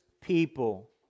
people